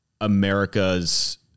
America's